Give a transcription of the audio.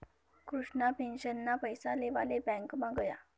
कृष्णा पेंशनना पैसा लेवाले ब्यांकमा गया